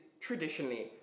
traditionally